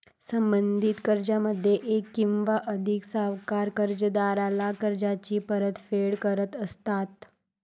संबंधित कर्जामध्ये एक किंवा अधिक सावकार कर्जदाराला कर्जाची परतफेड करत असतात